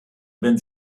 wenn